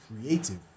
Creative